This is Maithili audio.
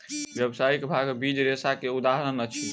व्यावसायिक भांग बीज रेशा के उदाहरण अछि